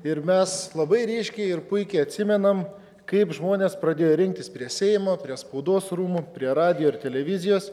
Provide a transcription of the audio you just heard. ir mes labai ryškiai ir puikiai atsimenam kaip žmonės pradėjo rinktis prie seimo prie spaudos rūmų prie radijo ir televizijos